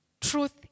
truth